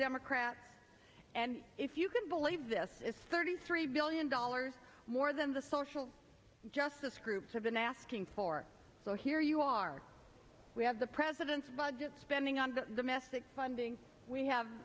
democrat and if you can believe this is thirty three billion dollars more than the social justice groups have been asking for so here you are we have the president's budget spending on the mystic funding we have